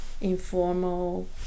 informal